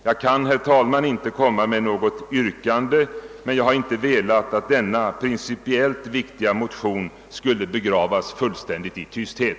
Jag kan, herr talman, inte komma med något yrkande men har velat att denna principiellt viktiga motion inte skulle begravas i fullständig tysthet.